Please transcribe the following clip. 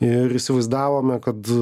ir įsivaizdavome kad